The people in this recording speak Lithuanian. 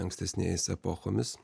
ankstesniais epochomis